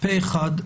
פה אחד.